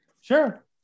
Sure